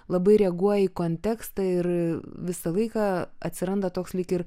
labai reaguoji į kontekstą ir visą laiką atsiranda toks lyg ir